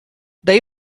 they